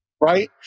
Right